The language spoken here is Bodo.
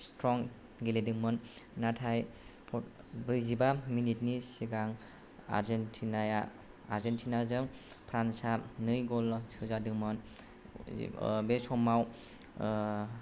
स्ट्रं गेलेदोंमोन नाथाय ब्रैजिबा मिनिटनि सिगां आर्जेनटिनाजों फ्रान्सआ नै ग'ल सोजादोंमोन बे समाव